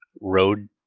road